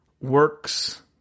works